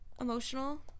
emotional